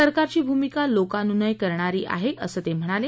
सरकारची भूमिका लोकानुनय करणारी आहे असं ते म्हणाले